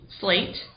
Slate